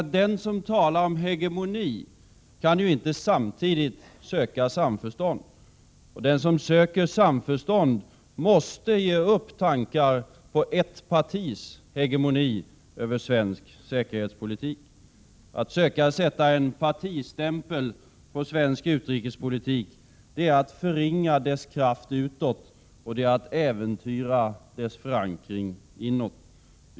Den som talar om hegemoni, kan icke samtidigt söka samförstånd. Den som söker samförstånd, måste ge upp tankar på ett partis hegemoni över svensk säkerhetspolitik. Att söka sätta partistämpel på svensk utrikespolitik är att förringa dess kraft utåt och äventyra dess förankring inåt.